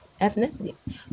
ethnicities